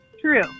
true